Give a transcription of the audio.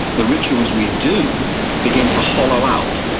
the rituals we do begin to hollow out,